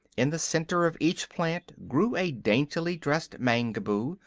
in the center of each plant grew a daintily dressed mangaboo,